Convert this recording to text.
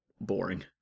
boring